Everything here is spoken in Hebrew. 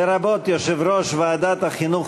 לרבות יושב-ראש ועדת החינוך,